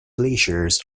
glaciers